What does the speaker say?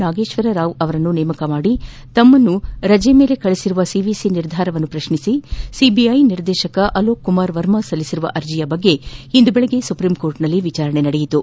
ನಾಗೇಶ್ವರ ರಾವ್ ಅವರನ್ನು ನೇಮಕ ಮಾಡಿ ತಮ್ಮನ್ನು ಅನಿರ್ದಿಷ್ಟಾವಧಿ ರಜೆ ಮೇಲೆ ಕಳುಹಿಸಿರುವ ಸಿವಿಸಿ ನಿರ್ಧಾರವನ್ನು ಪ್ರಶ್ನಿಸಿ ಸಿಬಿಐ ನಿರ್ದೇಶಕ ಅಲೋಕ್ ಕುಮಾರ್ ವರ್ಮ ಸಲ್ಲಿಸಿರುವ ಅರ್ಜಿಯ ಬಗ್ಗೆ ಇಂದು ಬೆಳಗ್ಗೆ ಸುಪ್ರೀಂಕೋರ್ಟ್ನಲ್ಲಿ ವಿಚಾರಣೆ ನಡೆಯಿತು